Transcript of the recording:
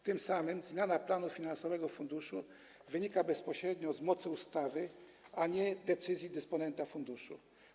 Tym samym zmiana planu finansowego funduszu wynika bezpośrednio z mocy ustawy, a nie z decyzji dysponenta funduszu.